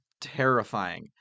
terrifying